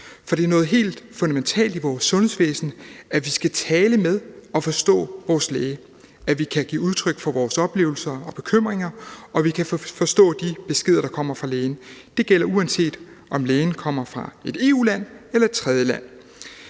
for det er noget helt fundamentalt i vores sundhedsvæsen, at vi skal tale med og forstå vores læge – at vi kan give udtryk for vores oplevelser og bekymringer, og at vi kan forstå de beskeder, der kommer fra lægen. Det gælder, uanset om lægen kommer fra et EU-land eller et tredjeland.